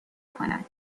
کند